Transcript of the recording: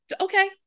Okay